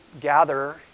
gather